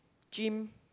gym